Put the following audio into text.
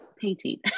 painting